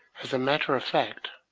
as a matter of fact,